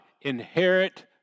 inherit